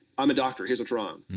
i'm a doctor. here's what's wrong.